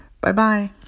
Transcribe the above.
Bye-bye